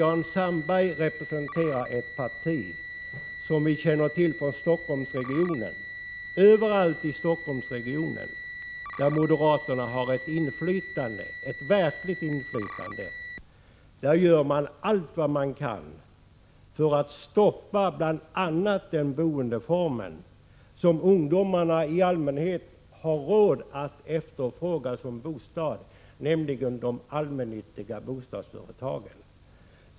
Jan Sandberg representerar ju ett parti som vi känner till från Stockholmsregionen: Överallt i Stockholmsregionen där moderaterna har ett verkligt inflytande gör moderaterna allt vad man kan göra för att stoppa bl.a. den bostadsform som ungdomarna i allmänhet har råd att efterfråga, nämligen bostäder inom de allmännyttiga bostadsföretagen.